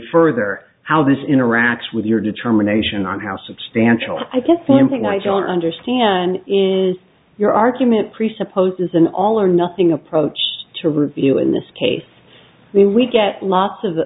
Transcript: further how this interacts with your determination on how substantial i guess one thing i don't understand is your argument presupposes an all or nothing approach to review in this case then we get lots of the